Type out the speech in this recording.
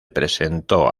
presentó